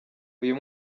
uyu